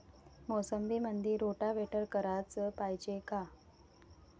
मोसंबीमंदी रोटावेटर कराच पायजे का?